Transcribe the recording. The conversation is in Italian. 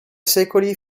secoli